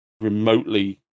remotely